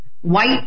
white